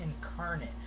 incarnate